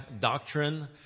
doctrine